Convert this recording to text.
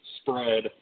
spread –